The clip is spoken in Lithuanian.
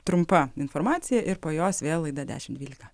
trumpa informacija ir po jos vėl laida dešim dvylika